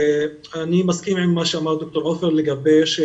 אני מסכים עם מה שאמר דוקטור עופר בכך